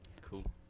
Cool